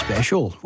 Special